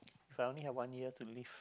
if I only had one year to live